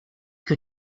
que